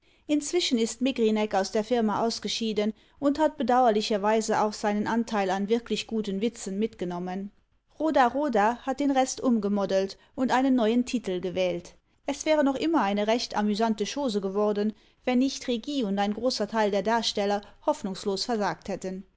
inzwischen ist megrinek aus der firma ausgeschieden und hat bedauerlicherweise auch seinen anteil an wirklich guten witzen mitgenommen roda roda hat den rest umgemodelt und einen neuen titel gewählt es wäre noch immer eine recht amüsante chose geworden wenn nicht regie und ein großer teil der darsteller hoffnungslos versagt hätten